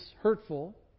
hurtful